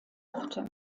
orte